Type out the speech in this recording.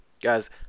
Guys